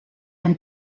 and